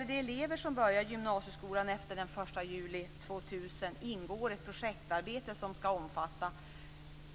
För de elever som börjar gymnasieskolan efter den 1 juli 2000 ingår ett projektarbete som ska omfatta